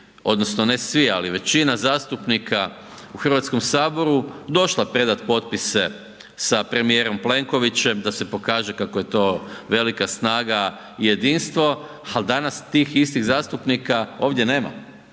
odnosno ne svi, ali većina zastupnika u Hrvatskom saboru došla predat potpise sa premijerom Plenkovićem da se pokaže kako je to velika snaga i jedinstvo, ali danas tih istih zastupnika ovdje nema.